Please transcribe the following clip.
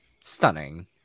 stunning